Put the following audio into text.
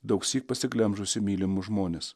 daugsyk pasiglemžusi mylimus žmones